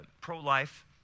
pro-life